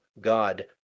God